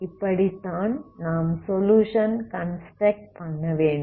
இப்படித்தான் நாம் solution construct பண்ணவேண்டும்